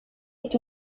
est